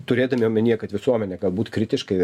turėdami omenyje kad visuomenė galbūt kritiškai